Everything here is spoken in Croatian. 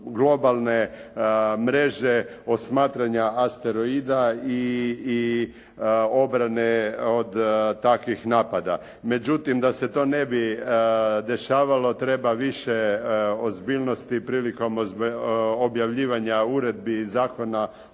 globalne mreže osmatranja asteroida i obrane od takvih napada. Međutim, da se to ne bi dešavalo treba više ozbiljnosti prilikom objavljivanja uredbi i zakona